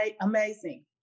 amazing